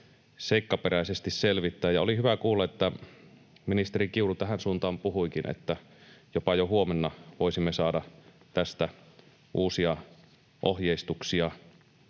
seikkaperäisesti selvittää. Oli hyvä kuulla, että ministeri Kiuru tähän suuntaan puhuikin, että jopa jo huomenna voisimme saada tästä uusia ohjeistuksia.